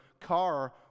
car